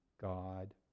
god